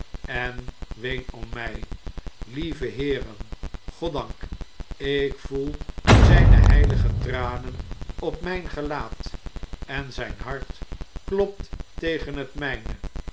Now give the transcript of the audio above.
en ween om mjj lieve heeren goddank ik voel zijne heilige tranen op mjjn gelaat en zijn hart klopt tegen het mjjne